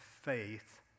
faith